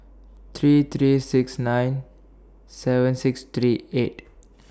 three three six nine seven six three eight